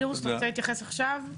תודה.